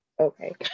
Okay